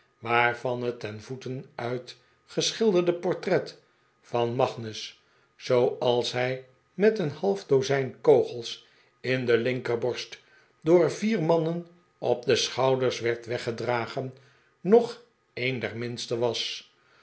waarvan het ten voeten uit geschilderde portret van magnus zooals hij met een half dozijn kogels in de linkerborst door vier mannen op de schouders werd weggedragen nog een der minste was